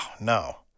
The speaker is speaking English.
no